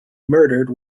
murdered